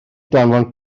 danfon